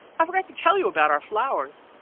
i forgot to tell you about our flowers.